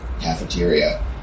cafeteria